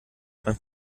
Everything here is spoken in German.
beim